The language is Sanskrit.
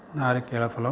नारिकेलफलं